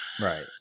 Right